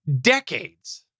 decades